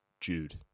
Jude